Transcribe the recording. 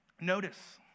Notice